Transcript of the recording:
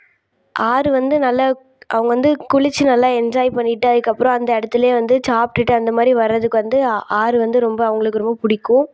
ஆறு வந்து நல்ல அவங்க வந்து குளிச்சு நல்லா என்ஜாய் பண்ணிவிட்டு அதுக்கு அப்புறம் அந்த இடத்துலயே வந்து சாப்பிட்டுட்டு அந்த மாதிரி வர்றதுக்கு வந்து ஆ ஆறு வந்து ரொம்ப அவங்களுக்கு ரொம்ப பிடிக்கும்